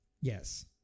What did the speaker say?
Yes